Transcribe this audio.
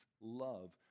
love